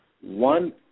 One